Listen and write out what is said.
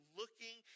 looking